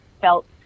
felt